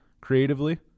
creatively